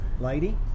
lady